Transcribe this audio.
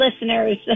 listeners